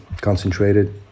concentrated